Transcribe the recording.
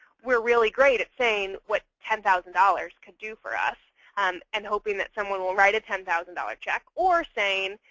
we're really great at saying what ten thousand dollars could do for us and hoping that someone will write a ten thousand dollars check. or saying,